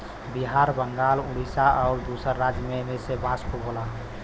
बिहार बंगाल उड़ीसा आउर दूसर राज में में बांस खूब होला